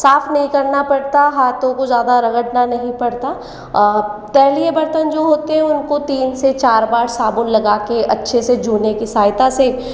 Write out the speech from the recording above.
साफ नहीं करना पड़ता है हाथों को ज़्यादा रगड़ना नहीं पड़ता और तैलीय बर्तन जो होते हैं उनको तीन से चार बार साबुन लगा के अच्छे से जूने की सहायता से